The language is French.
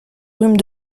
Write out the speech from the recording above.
rhume